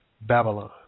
Babylon